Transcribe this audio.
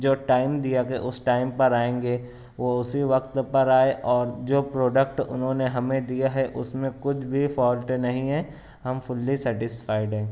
جو ٹائم دیا گیا اس ٹائم پر آئیں گے وہ اسی وقت پر آئے اور جو پروڈکٹ انہوں نے ہمیں دیا ہے اس میں کچھ بھی فالٹ نہیں ہے ہم فلی سٹیسفائیڈ ہیں